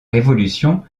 révolution